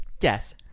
Yes